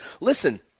Listen